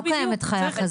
לא קיימת חיה כזאת.